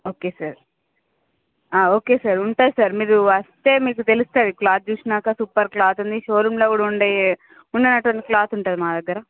okay sir okay sir ఉంటాను sir మీరు వస్తే మీకు తెలుస్తుంది క్లాత్ చూశాక సూపర్ క్లాత్ ఉంది షోరూమ్లో కూడా ఉండవు ఉండనటువంటి క్లాత్ ఉంటుంది మా దగ్గర